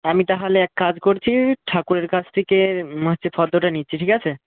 আমি তাহালে এক কাজ করছি ঠাকুরের কাছ থেকে হচ্ছে ফর্দটা নিচ্ছি ঠিক আছে